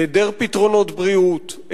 היעדר פתרונות בריאות,